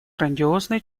грандиозны